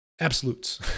absolutes